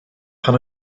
pan